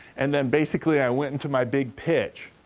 and then, basically, i went into my big pitch.